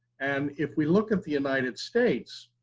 and if we look at the united states,